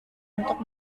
untuk